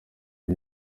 ari